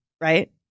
right